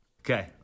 okay